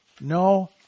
No